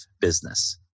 business